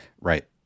right